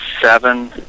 Seven